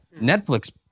Netflix